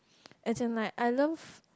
as in like I love